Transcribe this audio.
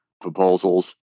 proposals